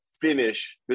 finish